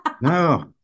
No